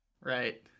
Right